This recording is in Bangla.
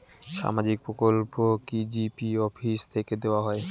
সামাজিক প্রকল্প কি জি.পি অফিস থেকে দেওয়া হয়?